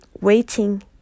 waiting